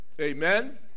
Amen